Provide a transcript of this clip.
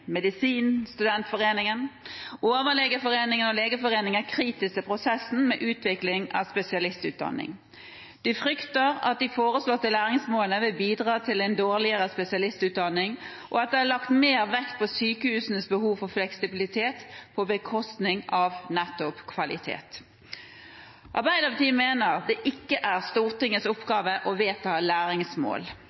Medisinstudentforeningen, Overlegeforeningen og Legeforeningen er kritisk til prosessen med å utvikle spesialistutdanning. De frykter at de foreslåtte læringsmålene vil bidra til en dårligere spesialistutdanning, og at det er lagt mer vekt på sykehusenes behov for fleksibilitet, på bekostning av nettopp kvalitet. Arbeiderpartiet mener at det ikke er Stortingets oppgave å vedta læringsmål,